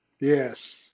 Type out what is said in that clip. Yes